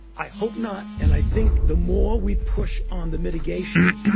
i hope not. and i think the more we push on the mitigation,